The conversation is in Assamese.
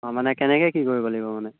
অঁ মানে কেনেকৈ কি কৰিব লাগিব মানে